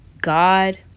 God